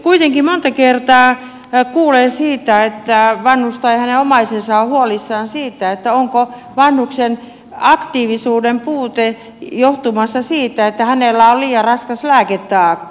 kuitenkin monta kertaa kuulee siitä että vanhus tai hänen omaisensa on huolissaan siitä johtuuko vanhuksen aktiivisuuden puute siitä että hänellä on liian raskas lääketaakka